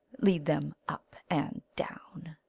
lead them up and down.